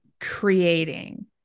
creating